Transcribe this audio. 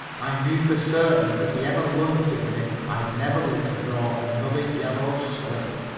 i knew for certain that if he ever lunged at me i'd never live to draw another yellow slip.